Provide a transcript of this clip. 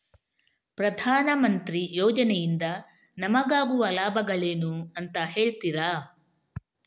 ಪ್ರಧಾನಮಂತ್ರಿ ಯೋಜನೆ ಇಂದ ನಮಗಾಗುವ ಲಾಭಗಳೇನು ಅಂತ ಹೇಳ್ತೀರಾ?